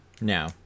No